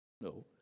no